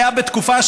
היה בתקופה,